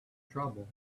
trouble